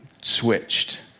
switched